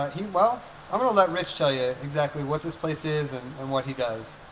he. well i'm gonna let rich tell you exactly what this place is and. and what he does.